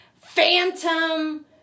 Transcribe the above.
Phantom